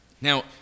Now